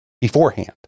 beforehand